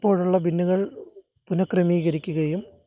ഇപ്പോഴുള്ള ബിന്നുകൾ പുനഃക്രമീകരിക്കുകയും